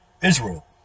Israel